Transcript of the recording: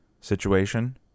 situation